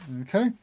Okay